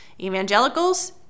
Evangelicals